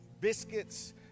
biscuits